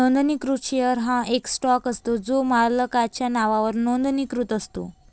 नोंदणीकृत शेअर हा एक स्टॉक असतो जो मालकाच्या नावावर नोंदणीकृत असतो